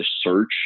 search